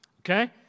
Okay